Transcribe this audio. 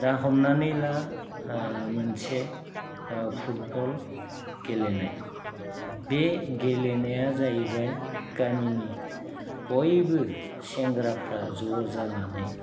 दा हमनानै ला मोनसे फुटबल गेलेनाय बे गेलेनाया जाहैबाय गामिनि बयबो सेंग्राफ्रा ज' जानानै